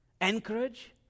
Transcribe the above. encourage